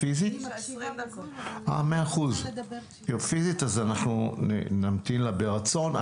ולהגיב, מאה אחוז, אנחנו נמתין לה ברצון.